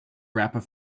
wrapper